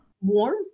Warm